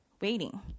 waiting